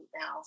now